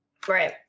Great